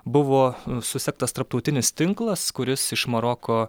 buvo susektas tarptautinis tinklas kuris iš maroko